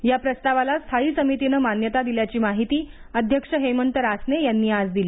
या प्रस्तावाला स्थायी समितीने मान्यता दिल्याची माहिती अध्यक्ष हेमंत रासने यांनी आज दिली